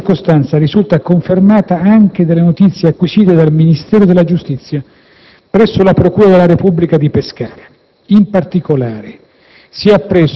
Tale circostanza risulta confermata anche dalle notizie acquisite dal Ministero della giustizia presso la procura della Repubblica di Pescara. In particolare,